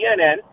CNN